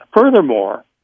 Furthermore